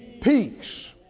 peace